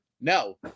no